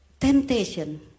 temptation